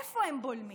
איפה הם בולמים?